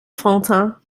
frontin